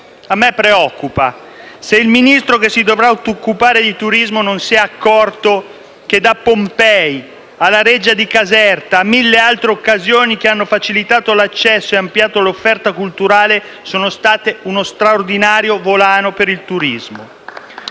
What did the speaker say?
Mi preoccupa se il Ministro che si dovrà occupare di turismo non si è accorto che Pompei, la Reggia di Caserta e mille altre occasioni che hanno facilitato l'accesso e ampliato l'offerta culturale sono state uno straordinario volano per il turismo.